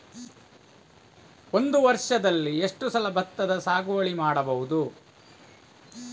ಒಂದು ವರ್ಷದಲ್ಲಿ ಎಷ್ಟು ಸಲ ಭತ್ತದ ಸಾಗುವಳಿ ಮಾಡಬಹುದು?